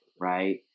right